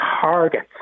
targets